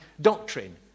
doctrine